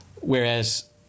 whereas